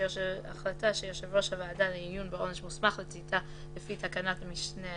החלטה שיושב ראש הוועדה לעיון בעונש מוסמך לתתה לפי תקנת משנה (א)